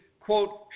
quote